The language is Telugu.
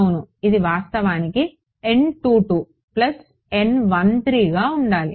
అవును ఇది వాస్తవానికి ప్లస్ గా ఉండాలి